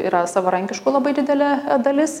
yra savarankiškų labai didelė dalis